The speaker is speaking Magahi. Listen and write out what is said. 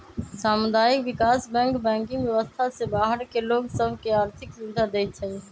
सामुदायिक विकास बैंक बैंकिंग व्यवस्था से बाहर के लोग सभ के आर्थिक सुभिधा देँइ छै